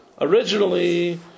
Originally